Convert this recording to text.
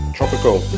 Tropical